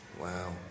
Wow